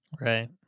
Right